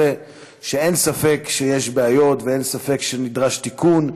שאין ספק שיש בעיות ואין ספק שנדרש תיקון.